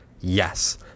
Yes